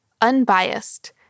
Unbiased